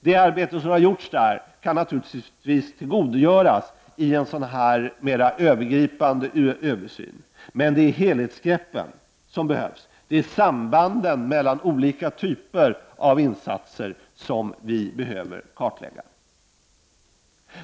Det arbete som har utförts i de utredningarna kan naturligtvis tillgodogöras i en mer övergripande översyn, men det är helhetsgreppen som behövs; det är sambanden mellan olika typer av insatser som vi behöver kartlägga.